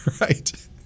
Right